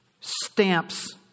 stamps